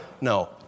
no